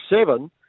seven